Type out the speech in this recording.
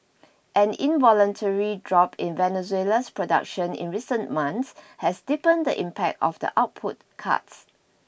an involuntary drop in Venezuela's production in recent months has deepened the impact of the output cuts